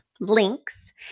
links